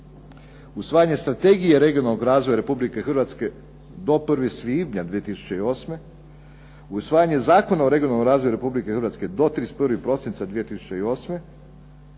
usvajanje strategije regionalnog razvoja Republike Hrvatske do 1. svibnja 2008., usvajanje Zakona o regionalnom razvoju Republike Hrvatske do 31. prosinca 2008.,